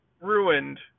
ruined